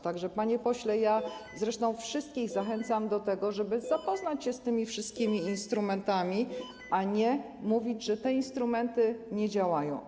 Tak że, panie pośle, wszystkich zachęcam do tego, żeby zapoznać się z tymi wszystkimi instrumentami, a nie mówić, że te instrumenty nie działają.